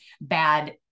bad